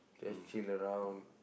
just chill around